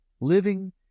Living